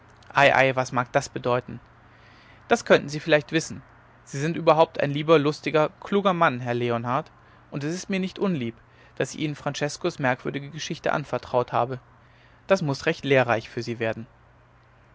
was mag das bedeuten das könnten sie vielleicht wissen sie sind überhaupt ein lieber lustiger kluger mann herr leonard und es ist mir nicht unlieb daß ich ihnen franceskos merkwürdige geschichte anvertraut habe das muß recht lehrreich für sie werden